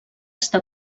està